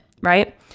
right